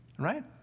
Right